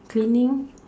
cleaning